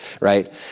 right